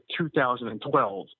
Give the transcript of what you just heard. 2012